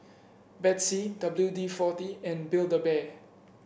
Betsy W D forty and Build A Bear